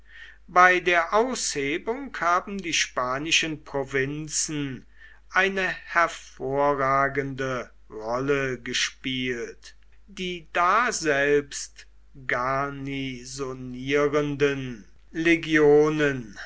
bei der aushebung haben die spanischen provinzen eine hervorragende rolle gespielt die daselbst garnisonierenden legionen